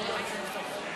בסדר.